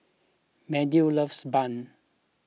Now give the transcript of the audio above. Meadow loves Bun